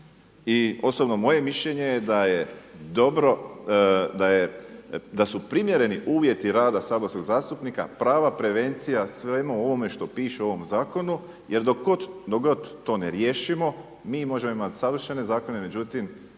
I osobno moje mišljenje je da je dobro, da su primjereni uvjeti rada saborskog zastupnika prava prevencija svemu ovome što piše u ovom zakonu. Jer dok god to ne riješimo mi možemo imati savršene zakone, međutim